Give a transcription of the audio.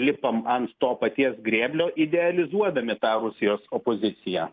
lipam ant to paties grėblio idealizuodami tą rusijos opoziciją